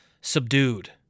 subdued